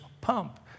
pump